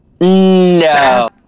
No